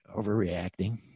overreacting